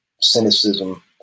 cynicism